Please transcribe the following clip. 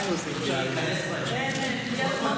כבוד היושב-ראש, כבוד השר לביטחון